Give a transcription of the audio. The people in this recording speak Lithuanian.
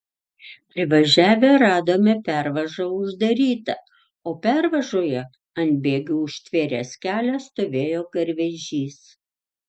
privažiavę radome pervažą uždarytą o pervažoje ant bėgių užtvėręs kelią stovėjo garvežys